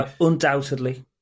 Undoubtedly